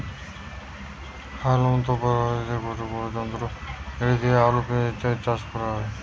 হাউলম তোপের হইতেছে গটে বড়ো যন্ত্র গাড়ি যেটি দিয়া আলু, পেঁয়াজ ইত্যাদি চাষ করাচ্ছে